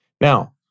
Now